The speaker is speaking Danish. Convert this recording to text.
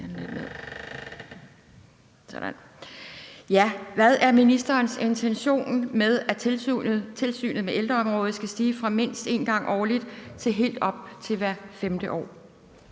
Hvad er ministerens intention med, at tilsynet med ældreområdet skal stige fra mindst én gang årligt helt op til hvert femte år?